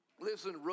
Listen